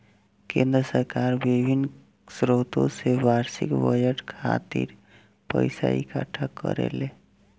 केंद्र सरकार बिभिन्न स्रोत से बार्षिक बजट खातिर पइसा इकट्ठा करेले